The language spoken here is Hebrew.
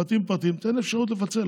בבתים פרטיים תן אפשרות לפצל.